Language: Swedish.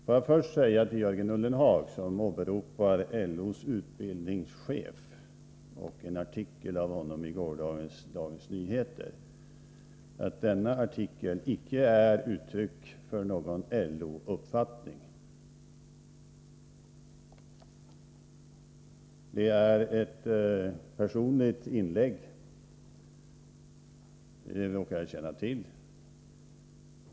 Låt mig först säga till Jörgen Ullenhag, som åberopar LO:s utbildningschef och en artikel av honom i gårdagens Dagens Nyheter, att denna artikel icke är uttryck för någon LO-uppfattning. Det är ett personligt inlägg — det råkar jag känna till.